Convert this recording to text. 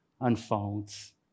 unfolds